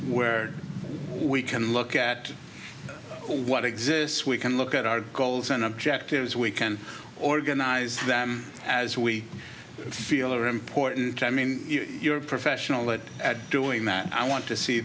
where we can look at what exists we can look at our goals and objectives we can organize them as we feel are important i mean you're a professional that at doing that i want to see